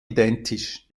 identisch